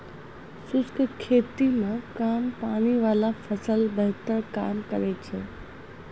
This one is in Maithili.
शुष्क खेती मे कम पानी वाला फसल बेहतर काम करै छै